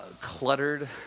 cluttered